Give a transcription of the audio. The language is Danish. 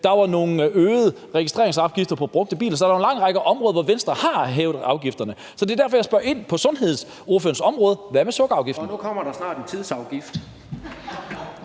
der var nogle øgede registreringsafgifter på brugte biler, så der er en lang række områder, hvor Venstre har hævet afgifterne. Det er derfor, jeg spørger ind til sundhedsordførerens område: Hvad med sukkerafgiften? Kl. 20:27 Tredje næstformand